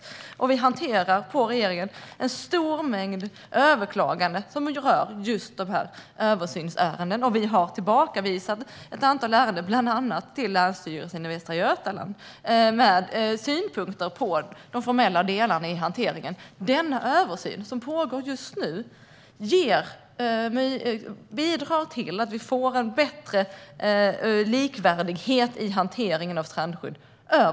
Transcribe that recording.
Regeringen hanterar en stor mängd överklaganden som rör just översynsärenden. Vi har återförvisat ett antal ärenden, bland annat till Länsstyrelsen i Västra Götaland, med synpunkter på det formella i hanteringen. Den översyn som pågår just nu bidrar till en större likvärdighet i hanteringen av strandskydd.